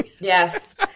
Yes